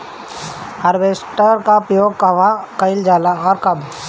Harvester का उपयोग कहवा कइल जाला और कब?